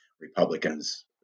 Republicans